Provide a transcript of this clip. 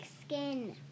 skin